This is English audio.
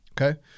Okay